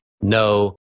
no